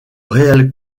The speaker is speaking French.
real